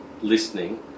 listening